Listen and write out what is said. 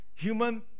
human